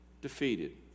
defeated